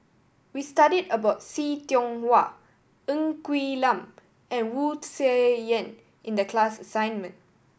we studied about See Tiong Wah Ng Quee Lam and Wu Tsai Yen in the class assignment